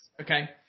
okay